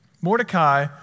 Mordecai